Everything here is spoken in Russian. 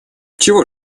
чего